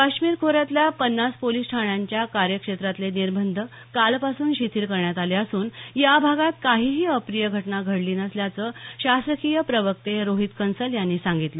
काश्मीर खोऱ्यातल्या पन्नास पोलिस ठाण्यांच्या कार्यक्षेत्रातले निर्बंध कालपासून शिथील करण्यात आले असून या भागात काहीही अप्रिय घटना घडली नसल्याचं शासकीय प्रवक्ते रोहित कंसल यांनी सांगितलं